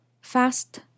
fast